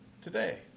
today